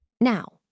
Now